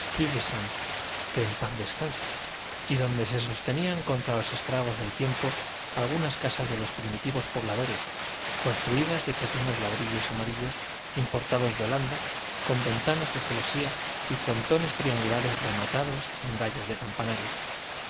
del buen péter stúyvesant que en paz descanse y donde se sostenían contra los estragos del tiempo algunas casas de los primitivos pobladores construídas de pequeños ladrillos amarillos importados de holanda con ventanas de celosía y frontones triangulares rematados en gallos de campanario